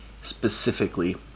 Specifically